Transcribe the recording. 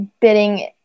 bidding